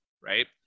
right